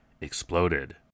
exploded